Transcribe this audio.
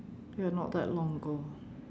ya not that long ago